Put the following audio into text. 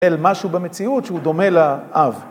אל משהו במציאות שהוא דומה לאב.